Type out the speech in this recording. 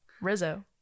Rizzo